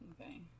Okay